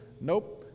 nope